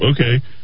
okay